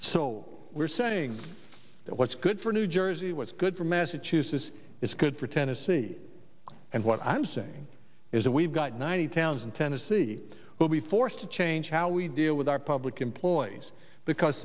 so we're saying that what's good for new jersey what's good for massachusetts is good for tennessee and what i'm saying is that we've got ninety towns in tennessee will be forced to change how we deal with our public employees because